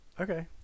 Okay